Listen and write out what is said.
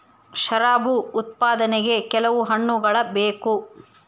ಶರಾಬು ಉತ್ಪಾದನೆಗೆ ಕೆಲವು ಹಣ್ಣುಗಳ ಬೇಕು